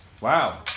wow